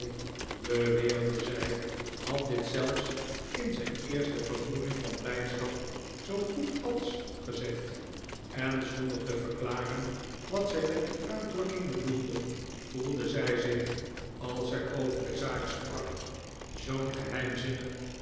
beweerde zij had dit zelfs in zijn eerste vervoering van blijdschap zoo goed als gezegd en zonder te verklaren wat zij met die uitdrukking bedoelde voelde zij zich als zij over de zaak sprak zoo'n geheimzinnig